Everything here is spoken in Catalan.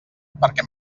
perquè